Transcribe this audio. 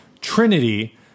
trinity